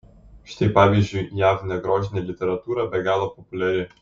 štai pavyzdžiui jav negrožinė literatūra be galo populiari